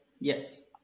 Yes